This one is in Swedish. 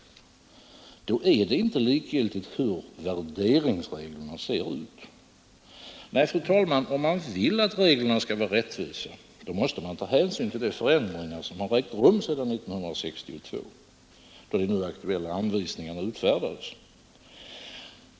Då är det inte likgiltigt hur 57 värderingsreglerna ser ut. Men, fru talman, om man vill att reglerna skall vara rättvisa, måste man ta hänsyn till de förändringar som har ägt rum sedan 1962, då de nu aktuella anvisningarna utfärdades.